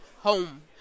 home